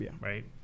right